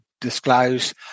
disclose